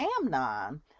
Amnon